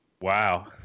Wow